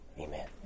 amen